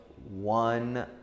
One